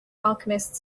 alchemist